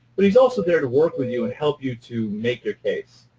but he's also there to work with you and help you to make your case.